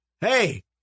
hey